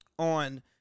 On